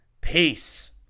Peace